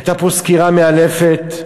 הייתה פה סקירה מאלפת.